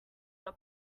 your